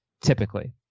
typically